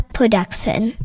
Production